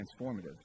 transformative